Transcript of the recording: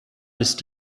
ist